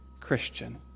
Christian